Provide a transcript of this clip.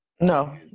No